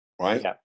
right